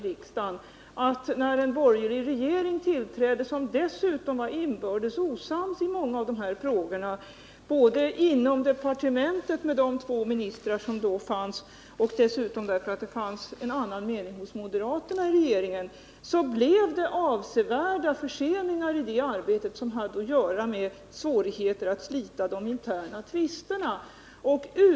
Men när en borgerlig regering tillträdde, vars medlemmar var inbördes osams i många av dessa frågor — både inom departementet, där man hade två ministrar, och inom regeringen, där moderaterna hade en annan mening än mittenpartierna — uppstod det avsevärda förseningar i arbetet, som hade att göra med svårigheter att slita de interna tvisterna.